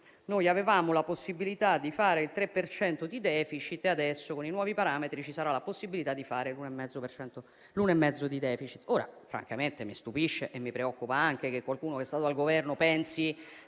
noi avevamo la possibilità di fare il 3 per cento di *deficit*, mentre adesso, con i nuovi parametri, ci sarà la possibilità di fare l'1,5 per cento di *deficit*. Francamente mi stupisce, e mi preoccupa anche che qualcuno che è stato al Governo pensi